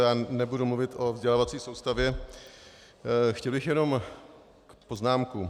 Já nebudu mluvit o vzdělávací soustavě, chtěl bych jenom poznámku.